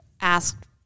asked